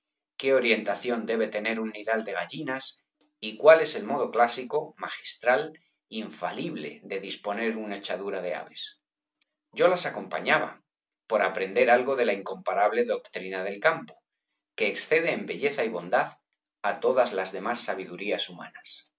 qué orientación debe tener un nidal de gallinas y cuál es el modo clásico magistral infalible de disponer una echadura de aves yo las acompañaba por aprender algo de la incomparable doctrina del campo que excede en belleza y bondad á todas las demás sabidurías humanas